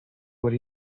what